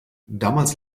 damals